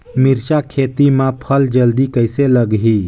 मिरचा खेती मां फल जल्दी कइसे लगही?